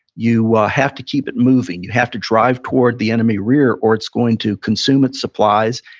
you have to keep it moving. you have to drive toward the enemy rear, or it's going to consume its supplies,